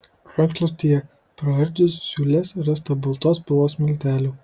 rankšluostyje praardžius siūles rasta baltos spalvos miltelių